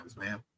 man